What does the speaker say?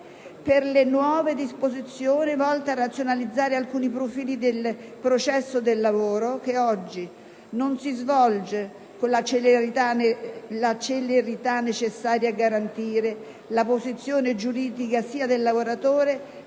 per le nuove disposizioni volte a razionalizzare alcuni profili del processo del lavoro, processo che oggi non si svolge con la celerità necessaria a garantire la posizione giuridica sia del lavoratore,